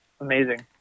Amazing